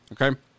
Okay